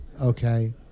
okay